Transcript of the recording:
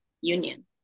union